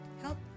Help